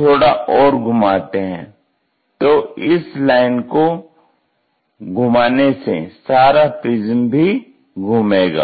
थोड़ा और घुमाते हैं तो इस लाइन को घुमाने से सारा प्रिज्म भी घूमेगा